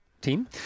team